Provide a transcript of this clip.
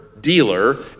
dealer